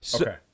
Okay